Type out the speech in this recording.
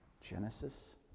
Genesis